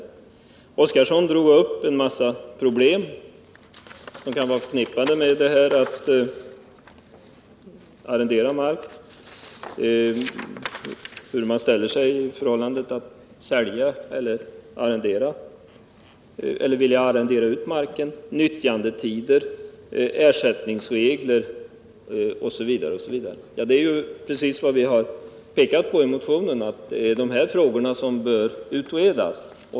Gunnar Oskarson tog upp en mängd problem som kan vara förknippade med arrende av mark: försäljning eller utarrendering av marken, nyttjandetider, ersättningsregler m.m. I motionen har vi ju framhållit att dessa frågor bör utredas.